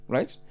Right